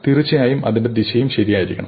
തീർച്ചയായും അതിന്റെ ദിശയും ശരിയായിരിക്കണം